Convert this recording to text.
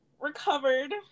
recovered